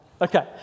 okay